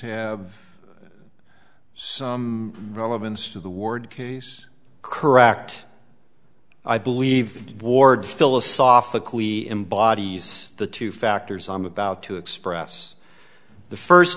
have some relevance to the ward case correct i believe ward philosophically embodies the two factors i'm about to express the first